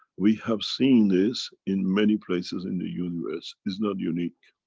we have seen this in many places in the universe. it's not unique.